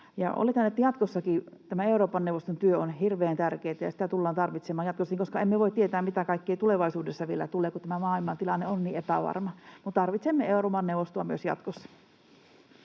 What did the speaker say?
Oletan, että jatkossakin tämä Euroopan neuvoston työ on hirveän tärkeätä, ja sitä tullaan tarvitsemaan jatkossakin, koska emme voi tietää, mitä kaikkea tulevaisuudessa vielä tulee, kun tämä maailmantilanne on niin epävarma. Me tarvitsemme Euroopan neuvostoa myös jatkossa.